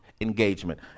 engagement